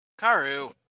Karu